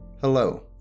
Hello